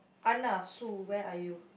Anna Sue where are you